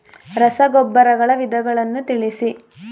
ರಸಗೊಬ್ಬರಗಳ ವಿಧಗಳನ್ನು ತಿಳಿಸಿ?